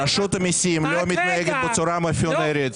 רשות המיסים לא מתנהגת בצורה מפיונרית.